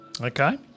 Okay